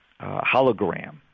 hologram